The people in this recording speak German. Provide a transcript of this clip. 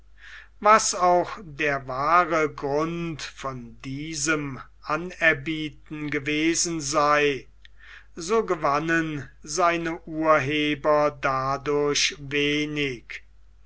was auch der wahre grund von diesem anerbieten gewesen sei so gewannen seine urheber dadurch wenig